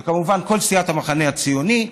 וכמובן כל סיעת המחנה הציוני,